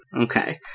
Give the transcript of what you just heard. Okay